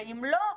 ואם לא,